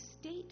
state